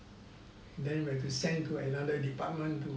then we have to send to another department to